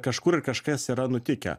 kažkur kažkas yra nutikę